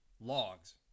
Logs